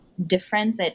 Difference